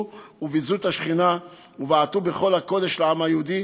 וביזו את השכינה ובעטו בכל הקדוש לעם היהודי,